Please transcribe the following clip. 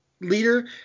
leader